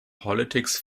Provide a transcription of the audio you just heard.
politics